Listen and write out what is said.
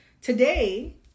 today